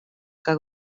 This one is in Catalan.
que